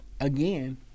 Again